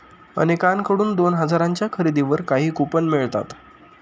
अनेकांकडून दोन हजारांच्या खरेदीवर काही कूपन मिळतात